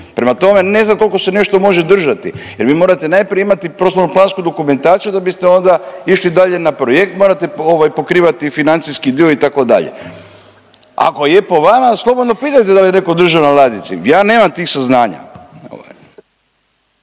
Prema tome, ne znam koliko se nešto može držati jer vi morate najprije imati prostorno plansku dokumentaciju da biste onda išli dalje na projekt, morate pokrivati financijski dio itd. Ako je po vama slobodno pitajte dal je neko držao na ladici, ja nemam tih saznanja.